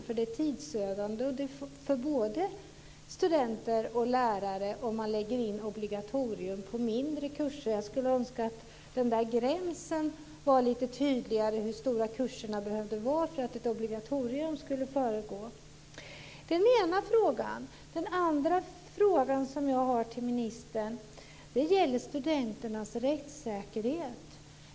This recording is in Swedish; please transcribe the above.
Det är tidsödande för både studenter och lärare om man lägger obligatorium på mindre kurser. Jag skulle önska att gränsen var lite tydligare för hur kurserna behöver vara för att ett obligatorium skulle föregå. Det den ena frågan. Den andra frågan som jag har till ministern gäller studenternas rättssäkerhet.